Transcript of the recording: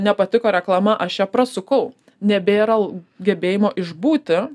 nepatiko reklama aš ją prasukau nebėra gebėjimo išbūti